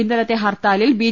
ഇന്നലത്തെ ഹർത്താലിൽ ബി